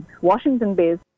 Washington-based